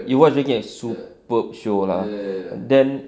you watch again superb show lah then